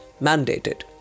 mandated